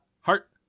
heart